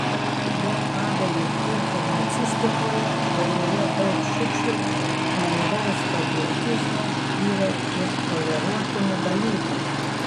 be abejo ir publicistikoje kurioje daug šiukšlių naivaus patriotizmo yra ir toleruotinų dalykų